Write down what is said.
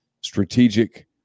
strategic